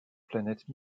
planète